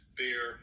beer